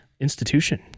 institution